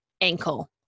ankle